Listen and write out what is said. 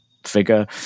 figure